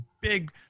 big